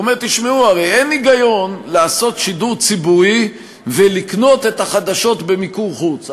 הרי אין היגיון לעשות שידור ציבורי ולקנות את החדשות במיקור חוץ.